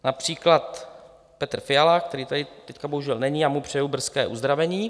Například Petr Fiala který tady teď bohužel není, já mu přeju brzké uzdravení.